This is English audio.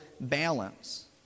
balance